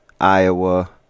Iowa